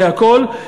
והכול,